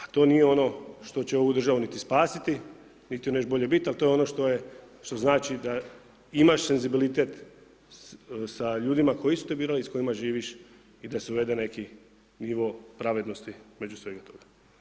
A to nije ono što će ovu državu niti spasiti niti joj nešto bolje biti, ali to je ono što je, što znači da imaš senzibilitet sa ljudima koji su te birali, s kojima živiš i da se uvede neki nivo pravednosti između svega toga.